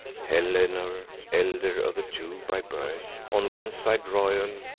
helenor, elder of the two by birth, on one side royal,